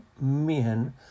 men